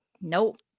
Nope